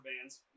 bands